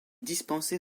dispensé